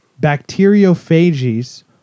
bacteriophages